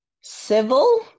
civil